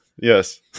Yes